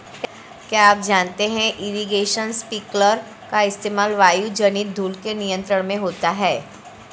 क्या आप जानते है इरीगेशन स्पिंकलर का इस्तेमाल वायुजनित धूल के नियंत्रण में होता है?